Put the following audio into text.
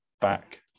back